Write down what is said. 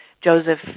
Joseph